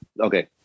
Okay